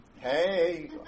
Hey